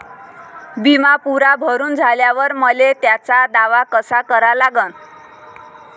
बिमा पुरा भरून झाल्यावर मले त्याचा दावा कसा करा लागन?